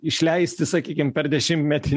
išleisti sakykim per dešimtmetį